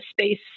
space